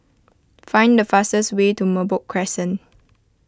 find the fastest way to Merbok Crescent